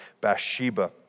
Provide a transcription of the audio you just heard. Bathsheba